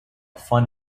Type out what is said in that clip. fun